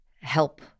help